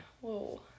Whoa